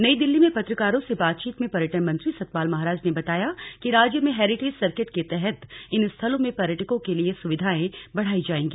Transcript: नई दिल्ली में पत्रकारों से बातचीत में पर्यटन मंत्री सतपाल महाराज ने बताया कि राज्य में हैरिटेज सर्किट के तहत इन स्थलों में पर्यटकों के लिए सुविधायें बढ़ाई जायेंगी